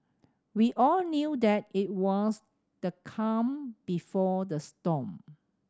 we all knew that it was the calm before the storm